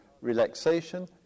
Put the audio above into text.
relaxation